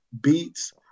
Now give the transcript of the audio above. beats